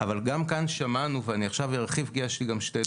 אבל גם כאן דמענו ואני עכשיו ארחיב כי יש לי כאן שתי דוגמאות.